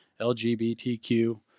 LGBTQ